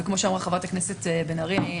וכמו שאמרה חה"כ בן ארי,